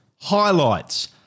Highlights